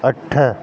अठ